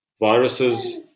Viruses